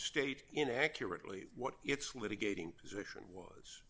state in accurately what its litigating position was